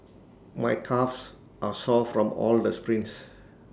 my calves are sore from all the sprints